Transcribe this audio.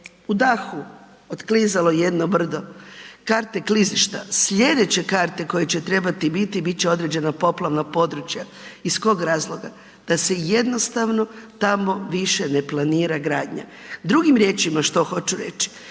u dahu otklizalo jedno brdo, karte klizišta. Slijedeće karte koje će trebati biti bit će određena poplavna područja iz kog razloga, da se jednostavno tamo više ne planira gradnja. Drugi riječima što hoću reći,